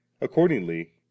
Accordingly